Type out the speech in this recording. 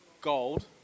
gold